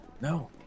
No